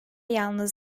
yalnız